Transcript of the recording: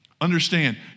Understand